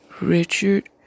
Richard